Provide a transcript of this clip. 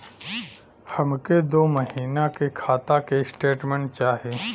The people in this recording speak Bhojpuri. हमके दो महीना के खाता के स्टेटमेंट चाही?